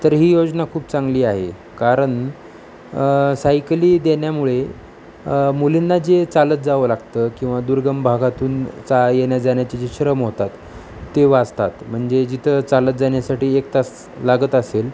तर ही योजना खूप चांगली आहे कारण सायकली देण्यामुळे मुलींना जे चालत जावं लागतं किंवा दुर्गम भागातून चा येण्याजाण्याचे जे श्रम होतात ते वाचतात म्हणजे जिथं चालत जाण्यासाठी एक तास लागत असेल